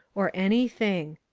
or anything.